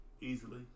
easily